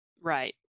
Right